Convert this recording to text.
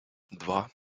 два